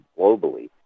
globally